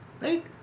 right